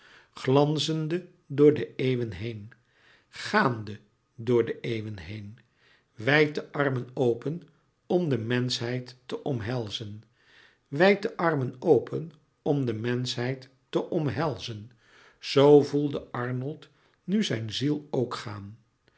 glanzende door de eeuwen heen gaande door de eeuwen heen wijd de armen open om de menschheid te omhelzen wijd de armen open om de menschheid te omhelzen zoo voelde arnold nu zijn ziel ook gaan